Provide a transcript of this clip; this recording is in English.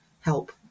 help